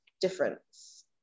difference